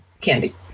candy